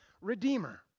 redeemer